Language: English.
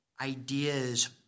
ideas